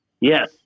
Yes